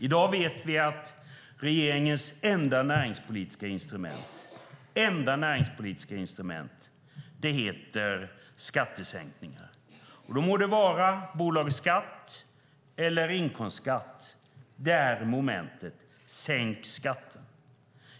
I dag vet vi att regeringens enda näringspolitiska instrument heter skattesänkningar. Det må vara bolagsskatt eller inkomstskatt, momentet är "sänk skatten".